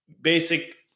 basic